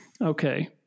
Okay